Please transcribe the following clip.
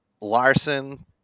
Larson